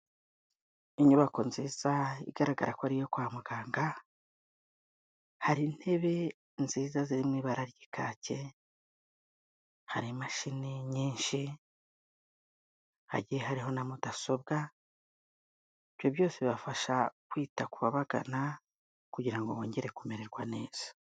Inyubako nziza igaragara ko ari iyo kwa muganga, hari intebe nziza zirimo ibara ry'ikake, hari imashini nyinshi hagiye hariho na mudasobwa, ibyo byose bibafasha kwita ku babagana kugira ngo bongere kumererwa neza.